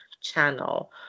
channel